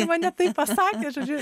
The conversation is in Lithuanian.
mane taip pasakė žodžiu